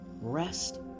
rest